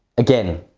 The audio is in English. again,